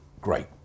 great